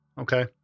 Okay